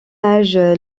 âge